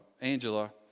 Angela